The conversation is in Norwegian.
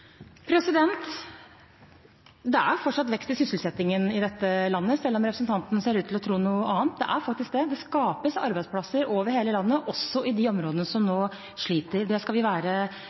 Det er fortsatt vekst i sysselsettingen i dette landet selv om det ser ut som at representanten tror noe annet – det er faktisk det. Det skapes arbeidsplasser over hele landet, også i de områdene som nå sliter, og det skal vi være